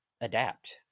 adapt